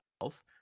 health